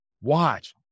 watch